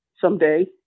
someday